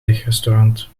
wegrestaurant